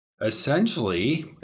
Essentially